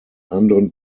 anderen